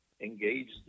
engaged